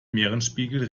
meeresspiegel